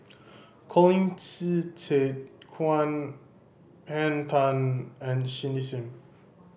Colin Qi Zhe Quan Henn Tan and Cindy Sim